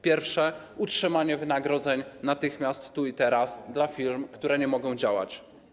Pierwsze - utrzymanie wynagrodzeń natychmiast, tu i teraz, dla firm, które nie mogą działać.